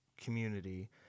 community